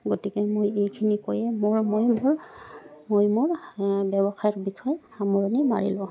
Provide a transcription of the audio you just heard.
গতিকে মই এইখিনি কৈয়ে মোৰ মই মোৰ মই মোৰ ব্যৱসায়ৰ বিষয়ে সামৰণি মাৰিলোঁ